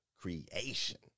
creation